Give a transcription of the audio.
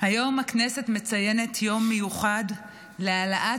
היום הכנסת מציינת יום מיוחד להעלאת